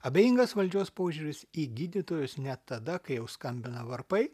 abejingas valdžios požiūris į gydytojus net tada kai jau skambina varpai